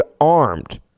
armed